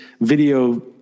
video